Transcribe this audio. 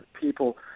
people